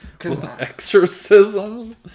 Exorcisms